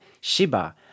Shiba